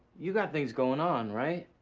you got things going on, right?